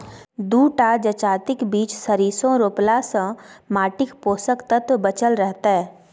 दू टा जजातिक बीच सरिसों रोपलासँ माटिक पोषक तत्व बचल रहतै